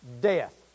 death